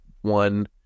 one